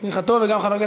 המסך של חברת